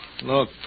Look